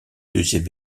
deuxième